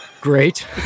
Great